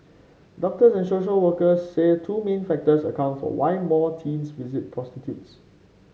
doctors and social workers say two main factors account for why more teens visit prostitutes